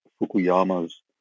fukuyama's